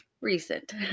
recent